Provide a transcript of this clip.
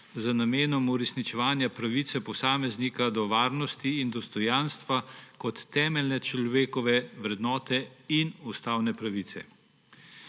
z namenom uresničevanja pravice posameznika do varnosti in dostojanstva kot temeljne človekove vrednote in ustavne pravice.